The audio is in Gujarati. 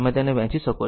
તમે તેને વહેંચી શકો છો